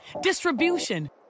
distribution